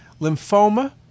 Lymphoma